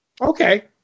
Okay